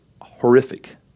horrific